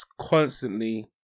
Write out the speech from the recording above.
constantly